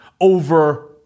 over